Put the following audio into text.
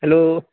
hello